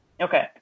Okay